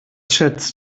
schätzt